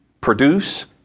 produce